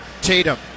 Tatum